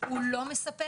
הוא לא מספק,